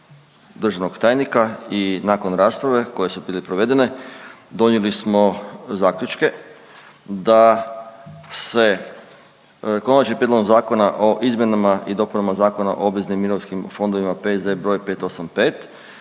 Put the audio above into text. državnog tajnika i nakon rasprave koje su bile provedene, donijeli smo zaključke da se Konačni prijedlog zakona o izmjenama i dopunama Zakona o obveznim mirovinskim fondovima P.Z. br. 585.,